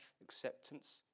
acceptance